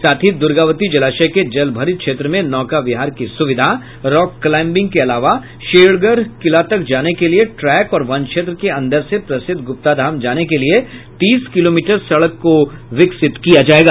साथ ही दुर्गावती जलाशय के जलभरित क्षेत्र में नौका विहार की सुविधा रॉक क्लाइमबिंग के अलावा शेरगढ़ किला तक जाने के लिए ट्रैक और वनक्षेत्र के अंदर से प्रसिद्ध गुप्ताधाम जाने के लिए तीस किमी सड़क को विकसित किया जायेगा